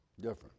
Different